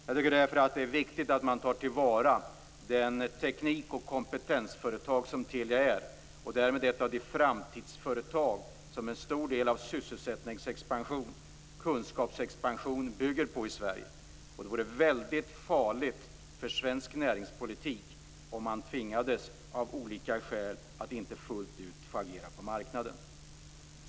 Jag tycker att det är viktigt att ta till vara det teknik och kompetensföretag som Telia är, och därmed ett av de framtidsföretag som en stor del av sysselsättnings och kunskapsexpansionen bygger på i Sverige. Det vore farligt för svensk näringspolitik om man tvingades av olika skäl att inte fullt ut få agera på marknaden.